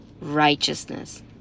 righteousness